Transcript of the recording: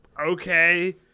Okay